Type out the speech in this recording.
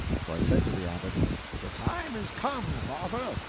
so i said to the abbot the time is come, father.